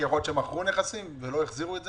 כי יכול להיות שמכרו נכסים ולא החזירו את זה?